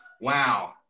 wow